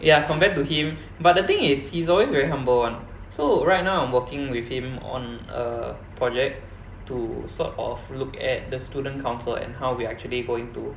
ya compared to him but the thing is he's always very humble [one] so right now I'm working with him on a project to sort of look at the student council and how we're actually going to